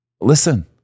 Listen